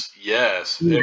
Yes